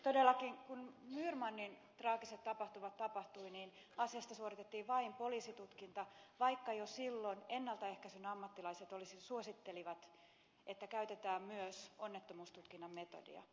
todellakin kun myyrmannin traagiset tapahtumat tapahtuivat niin asiasta suoritettiin vain poliisitutkinta vaikka jo silloin ennaltaehkäisyn ammattilaiset suosittelivat että käytetään myös onnettomuustutkinnan metodia